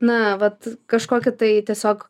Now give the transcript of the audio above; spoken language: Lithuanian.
na vat kažkokį tai tiesiog